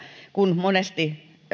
kun monesti